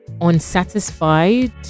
unsatisfied